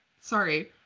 sorry